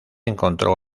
encontró